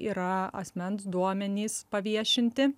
yra asmens duomenys paviešinti